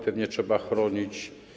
Pewnie trzeba je chronić.